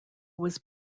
was